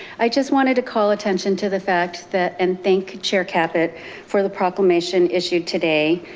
i just wanted to call attention to the fact that and thank chair cabot for the proclamation issued today,